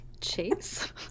Chase